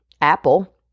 apple